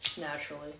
Naturally